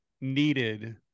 needed